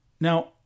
Now